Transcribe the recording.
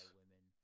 women